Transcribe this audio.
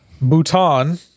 Bhutan